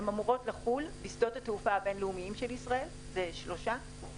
הן אמורות לחול בשדות התעופה הבינלאומיים של ישראל נתב"ג,